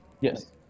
Yes